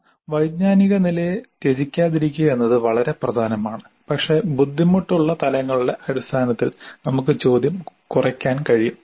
നാം വൈജ്ഞാനിക നിലയെ ത്യജിക്കാതിരിക്കുക എന്നത് വളരെ പ്രധാനമാണ് പക്ഷേ ബുദ്ധിമുട്ടുള്ള തലങ്ങളുടെ അടിസ്ഥാനത്തിൽ നമുക്ക് ചോദ്യം കുറയ്ക്കാൻ കഴിയും